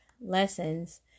lessons